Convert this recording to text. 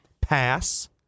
Pass